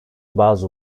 bazı